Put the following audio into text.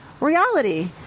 Reality